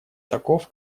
таков